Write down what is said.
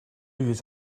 use